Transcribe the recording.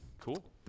Cool